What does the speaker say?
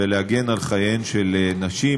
וגם להגן על חייהם של נשים,